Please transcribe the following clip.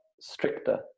stricter